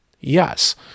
Yes